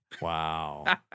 Wow